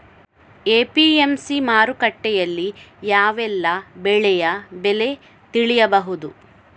APMC ಮಾರುಕಟ್ಟೆಯಲ್ಲಿ ಯಾವೆಲ್ಲಾ ಬೆಳೆಯ ಬೆಲೆ ತಿಳಿಬಹುದು?